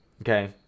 okay